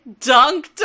dunked